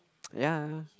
ya